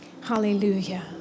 Hallelujah